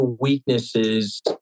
weaknesses